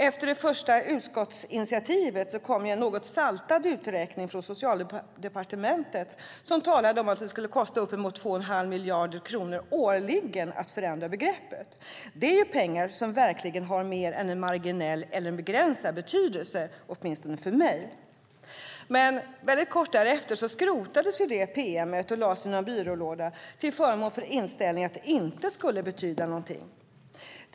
Efter det första utskottsinitiativet kom en något saltad uträkning från Socialdepartementet som talade om att det skulle kosta upp emot 2 1⁄2 miljarder kronor årligen att förändra begreppet, och det är ju pengar som verkligen har mer än marginell eller begränsad betydelse, åtminstone för mig. Men väldigt kort därefter skrotades detta pm och lades i någon byrålåda till förmån för inställningen att det inte skulle betyda någonting.